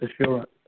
assurance